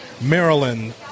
Maryland